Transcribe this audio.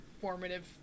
formative